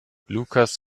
lukas